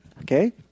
Okay